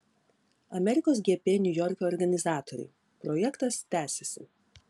amerikos gp niujorke organizatoriai projektas tęsiasi